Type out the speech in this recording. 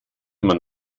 man